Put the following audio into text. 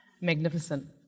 Magnificent